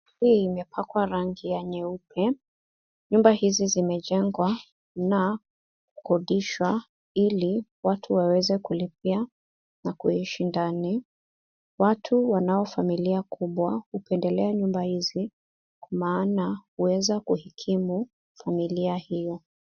Nyumba hii imepakwa rangi ya nyeupe. Nyumba hizi zimejengwa na kukodishwa ile watu waweze kulipia na kuishi ndani ,watu wanao familia kubwa hupendelea nyumba hizi maana huweza kuhikimu familia hiyo.